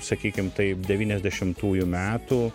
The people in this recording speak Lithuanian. sakykim taip devyniasdešimtųjų metų